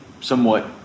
somewhat